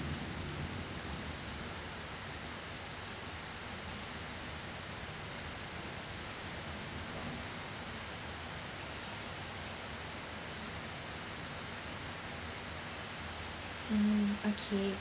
mm okay